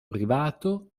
privato